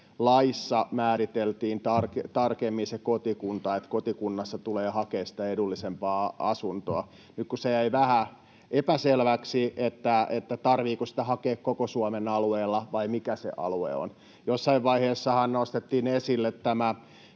laissa määriteltiin tarkemmin se kotikunta, että kotikunnassa tulee hakea sitä edullisempaa asuntoa. Nyt se jäi vähän epäselväksi, tarvitseeko sitä hakea koko Suomen alueella vai mikä se alue on. Jossain vaiheessahan nostettiin esille